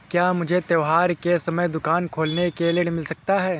क्या मुझे त्योहार के समय दुकान खोलने के लिए ऋण मिल सकता है?